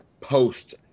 post